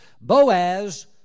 Boaz